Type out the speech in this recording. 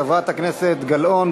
חברת הכנסת גלאון,